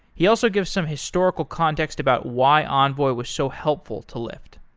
he also gives some historical context about why envoy was so helpful to lyft.